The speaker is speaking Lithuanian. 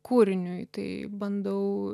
kūriniui tai bandau